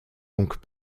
donc